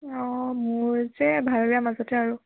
অ মোৰ যে ভাল বেয়াৰ মাজতে আৰু